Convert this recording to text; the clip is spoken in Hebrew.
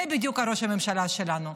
זה בדיוק ראש הממשלה שלנו.